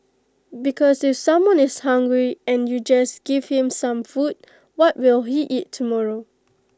because if someone is hungry and you just give him some food what will he eat tomorrow